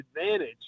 advantage